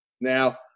Now